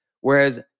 Whereas